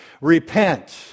Repent